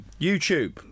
YouTube